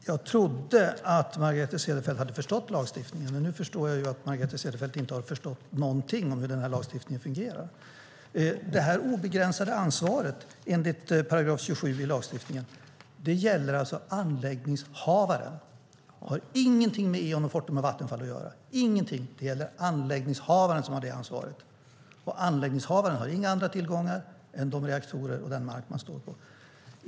Herr talman! Jag trodde att Margareta Cederfelt hade förstått lagstiftningen, men nu inser jag att hon inte har förstått någonting om hur den fungerar. Det här obegränsade ansvaret, enligt § 27 i lagstiftningen, gäller anläggningshavaren och har ingenting att göra med Eon, Fortum och Vattenfall. Det är anläggningshavaren som har ansvaret, och anläggningshavaren har inga andra tillgångar än reaktorerna och den mark man står på.